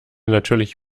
natürlich